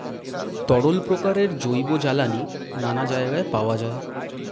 তরল প্রকারের জৈব জ্বালানি নানা জায়গায় পাওয়া যায়